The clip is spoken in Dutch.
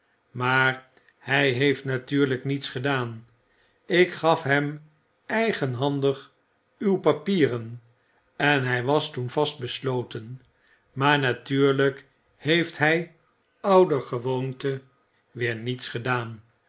maar hij heeft natuurlgk niets gedaan ik gaf hem eigenhandig uw papieren en hg was toen vast besloten maar natuurlgk heeft hg ouder gewoonte weer niets gedaan